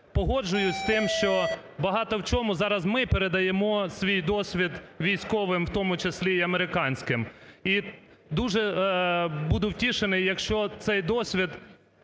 Погоджуюся з тим, що багато в чому зараз ми передаємо свій досвід військовим, у тому числі й американським. І дуже буду втішений, якщо цей досвід